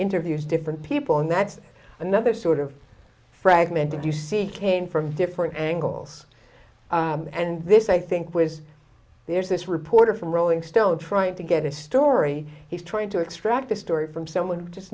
interviews different people and that's another sort of fragmented you see came from different angles and this i think was there's this reporter from rolling stone trying to get a story he's trying to extract the story from someone